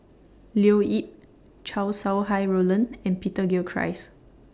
Leo Yip Chow Sau Hai Roland and Peter Gilchrist